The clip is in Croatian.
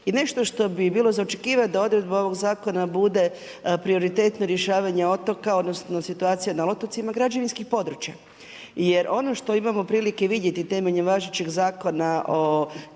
I nešto što bi bilo za očekivat, da odredba ovog zakona bude prioritetno rješavanje otoka, odnosno situacije na otocima građevinskih područja. Jer ono što imamo prilike vidjeti temeljem važećeg zakona o